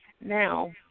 Now